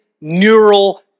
neural